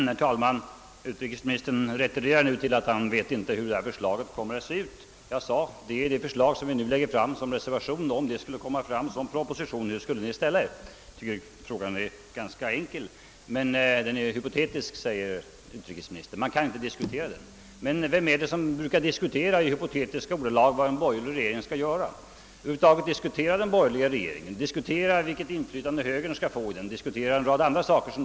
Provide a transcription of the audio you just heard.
Herr talman! Utrikesministern retirerar nu genom att säga att han inte vet hur förslaget kommer att se ut. Jag sade: Om det förslag vi nu lägger fram som reservation skulle framläggas som proposition, hur skulle ni då ställa er? Jag tycker frågan är ganska enkel. Den är hypotetisk, säger utrikesministern, och man kan därför inte diskutera den. Varför inte det? Ni ställer ofta hypotetiskt frågor om vad en borgerlig regering skulle göra, vilket inflytande högern skulle få i en sådan regering etc.